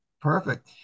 Perfect